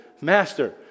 Master